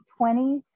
20s